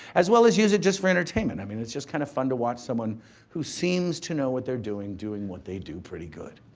as well as use it just for entertainment. i mean, it's just kind of fun to watch someone who seems to know what they're doing, doing what they do pretty good.